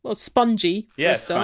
ah spongy. yes. so